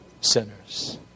sinners